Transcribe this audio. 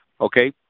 okay